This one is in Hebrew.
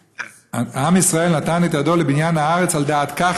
"עם ישראל נתן את ידו לבניין הארץ על דעת כך